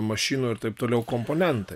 mašinų ir taip toliau komponentai